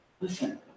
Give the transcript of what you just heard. Listen